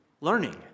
learning